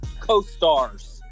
co-stars